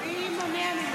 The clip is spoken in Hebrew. מי מונע ממנו?